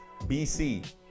BC